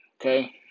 Okay